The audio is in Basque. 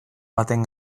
baten